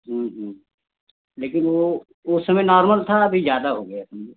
लेकिन वह उस समय नॉर्मल था अभी ज़्यादा हो गया है समझो